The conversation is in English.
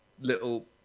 Little